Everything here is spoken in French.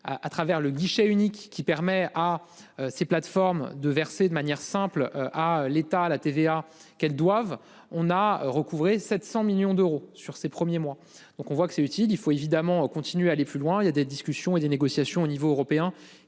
à travers le guichet unique qui permet à ces plateformes de verser de manière simple à l'État, à la TVA qu'elles doivent on a recouvré 700 millions d'euros sur ses premiers mois. Donc on voit que c'est utile, il faut évidemment continuer à aller plus loin, il y a des discussions et des négociations au niveau européen